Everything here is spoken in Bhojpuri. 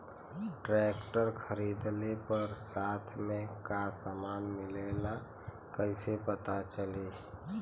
ट्रैक्टर खरीदले पर साथ में का समान मिलेला कईसे पता चली?